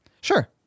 Sure